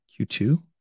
Q2